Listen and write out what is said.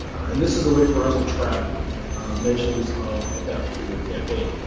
and this is a way for us to track mentions of of that particular campaign.